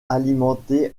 alimenté